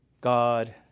God